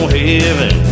heaven